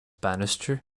bannister